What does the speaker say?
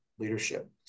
leadership